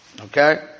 Okay